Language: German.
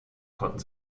konnten